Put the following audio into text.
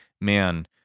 man